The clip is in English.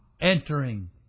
entering